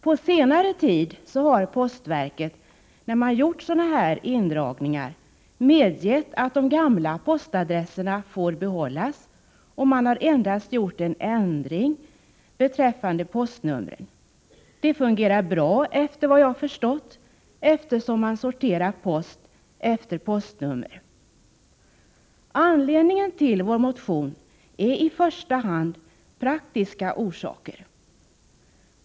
På senare tid har postverket, när man gjort sådana här indragningar, medgett att de gamla postadresserna får behållas, och man har endast gjort en ändring beträffande postnumren. Det fungerar bra, såvitt jag förstått, eftersom man sorterar post efter postnummer. Anledningen till vår motion är i första hand av praktisk art.